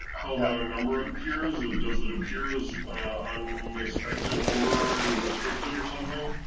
a number appears. and does it appear as um unexpected number, restricted, or something?